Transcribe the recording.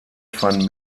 van